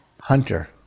Hunter